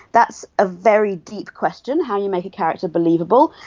that's a very deep question, how you make a character believable.